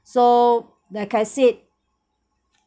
so like I said